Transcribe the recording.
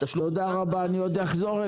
התשלום בוצע --- תודה רבה לך יוסי,